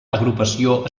agrupació